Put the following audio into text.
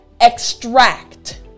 extract